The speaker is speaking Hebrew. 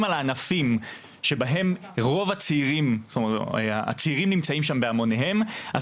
על ענפים שבהם הצעירים נמצאים בהמוניהם,